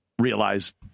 realize